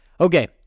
Okay